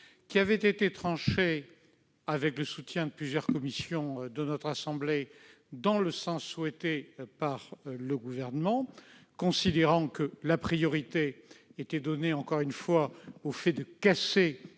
qui a été tranché, avec le soutien de plusieurs commissions de notre assemblée, dans le sens souhaité par le Gouvernement. Considérant que la priorité était donnée à la casse